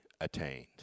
attained